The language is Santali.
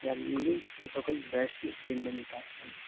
ᱨᱮᱭᱟᱲ ᱫᱤᱱ ᱜᱮ ᱡᱚᱛᱚ ᱠᱷᱚᱱ ᱵᱮᱥ ᱫᱤᱱ ᱫᱚᱧ ᱢᱮᱛᱟᱣᱟᱜ ᱠᱟᱱᱟ